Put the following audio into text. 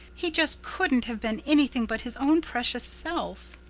he just couldn't have been anything but his own precious self.